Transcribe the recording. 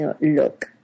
look